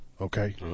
okay